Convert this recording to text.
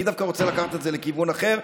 אני דווקא רוצה לקחת את זה לכיוון אחר,